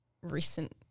recent